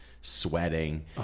sweating